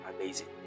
Amazing